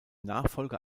nachfolger